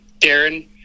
Darren